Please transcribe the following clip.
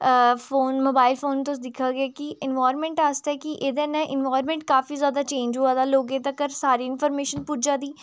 phone mobile phone तुस दिक्खगे कि एनवायरमेंट आस्तै कि एह्दे नै एनवायरमेंट काफी जादा चेंज होआ दा लोकें तगर सारी इंफर्मेशन पुज्जा दी